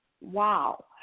Wow